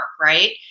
Right